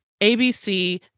ABC